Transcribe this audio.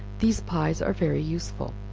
these pies are very useful.